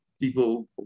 people